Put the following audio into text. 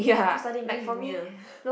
go study English with me ah